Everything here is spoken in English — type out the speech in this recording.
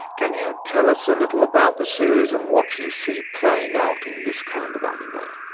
can you tell us a little about the series and what you see playing out in this kind of anime?